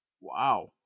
Wow